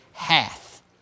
Hath